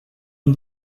and